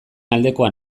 aldekoa